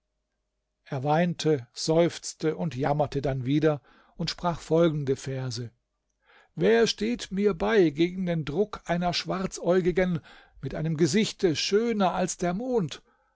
er weinte seufzte und jammerte dann wieder und sprach folgende verse wer steht mir bei gegen den druck einer schwarzäugigen mit einem gesichte schöner als der mond